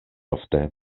ofte